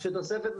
עלויות